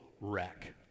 wreck